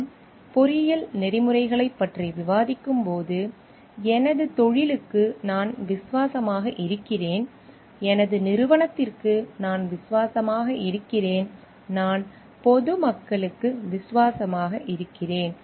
நாம் பொறியியல் நெறிமுறைகளைப் பற்றி விவாதிக்கும்போது நான் எனது தொழிலுக்கு விசுவாசமாக இருக்கிறேன் நான் எனது நிறுவனத்திற்கு விசுவாசமாக இருக்கிறேன் நான் பொது மக்களுக்கு விசுவாசமாக இருக்கிறேன்